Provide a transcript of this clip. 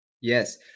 Yes